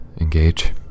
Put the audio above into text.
engage